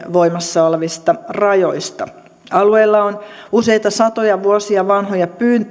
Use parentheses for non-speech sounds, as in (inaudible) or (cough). (unintelligible) voimassa olevista rajoista alueella on useita satoja vuosia vanhoja